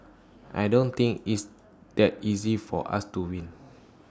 I don't think it's that easy for us to win